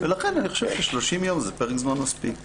לכן אני חושב ש-30 יום זה פרק זמן מספיק.